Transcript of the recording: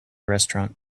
restaurant